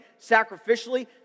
sacrificially